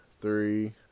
three